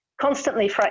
constantly